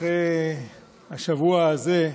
אחרי השבוע הזה,